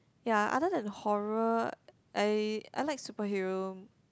ya other than horror I I like superhero